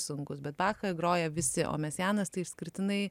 sunkus bet bachą groja visi o mesianas tai išskirtinai